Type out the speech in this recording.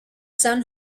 son